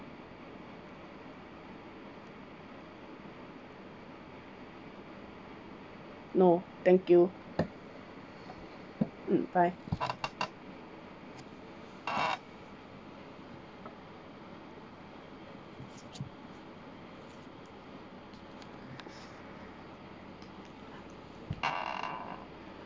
no thank you hmm bye